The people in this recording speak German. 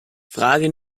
frage